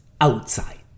outside